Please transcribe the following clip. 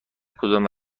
کدام